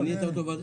מינית אותו?